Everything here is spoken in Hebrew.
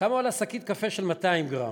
כמה עולה שקית קפה של 200 גרם